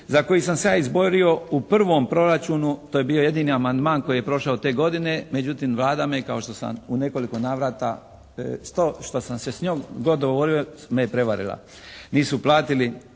za koje sam se ja izborio u prvom proračunu. To je bio jedini amandman koji je prošao te godine, međutim Vlada me, kao što sam u nekoliko navrata, što sam se s njom god dogovorio me prevarila. Nisu platili